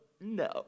no